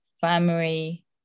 family